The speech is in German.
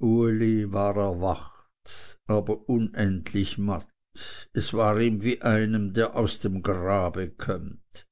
erwacht aber unendlich matt es war ihm wie einem der aus dem grabe kömmt